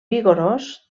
vigorós